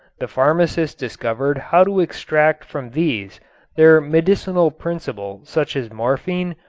the pharmacist discovered how to extract from these their medicinal principle such as morphine,